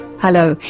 hello,